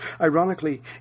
Ironically